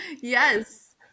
Yes